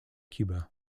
cuba